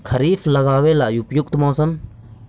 खरिफ लगाबे ला उपयुकत मौसम?